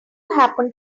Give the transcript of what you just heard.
happen